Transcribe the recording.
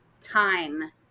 time